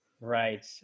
Right